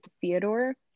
theodore